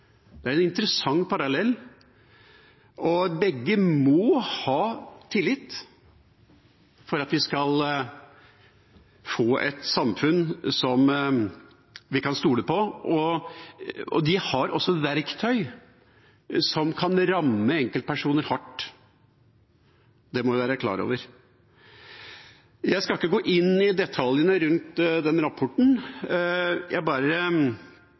det er en interessant parallell. Begge må ha tillit for at vi skal få et samfunn som vi kan stole på. De har også verktøy som kan ramme enkeltpersoner hardt – det må vi være klar over. Jeg skal ikke gå inn i detaljene rundt denne rapporten; jeg bare